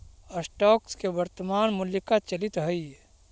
stocks के वर्तनमान मूल्य का चलित हइ